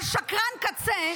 אבל שקרן קצה,